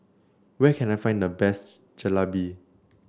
where can I find the best Jalebi